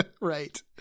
Right